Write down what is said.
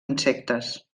insectes